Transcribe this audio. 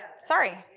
Sorry